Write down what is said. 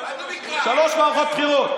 שלוש מערכות בחירות.